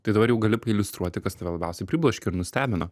tai dabar jau gali pailiustruoti kas tave labiausiai pribloškė ir nustebino